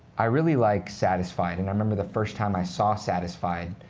i really like satisfied. and i remember the first time i saw satisfied